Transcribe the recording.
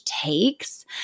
takes